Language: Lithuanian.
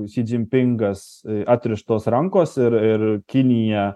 si dzinpingas atrištos rankos ir ir kinija